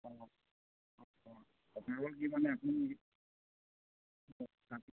অঁ অঁ কথা হ'ল কি মানে আপুনি অঁ অঁ